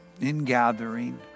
ingathering